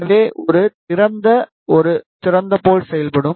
எனவே ஒரு திறந்த ஒரு திறந்த போல் செயல்படும்